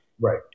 Right